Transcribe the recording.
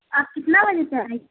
آپ کتنا بجے سے آئیں گے